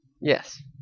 Yes